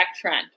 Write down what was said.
trend